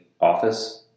office